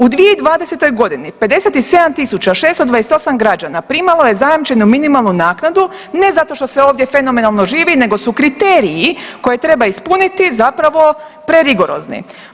U 2020.g. 57.628 građana primalo je zajamčenu minimalnu naknadu ne zato što se ovdje fenomenalno živi nego su kriteriji koje treba ispuniti zapravo prerigorozni.